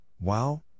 wow